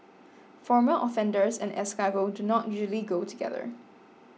former offenders and escargot do not usually go together